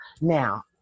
now